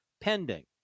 pending